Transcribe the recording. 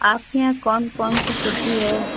आपके यहाँ कौन कौन सी सब्जी है